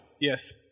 Yes